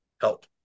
help